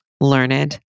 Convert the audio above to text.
learned